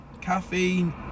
Caffeine